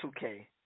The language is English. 2K